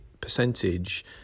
percentage